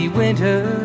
winter